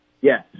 Yes